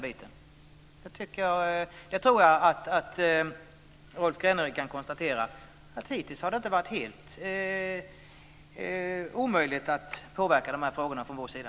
Jag tror att Rolf Kenneryd kan konstatera att det hittills inte har varit helt omöjligt för oss att påverka de här frågorna.